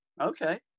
okay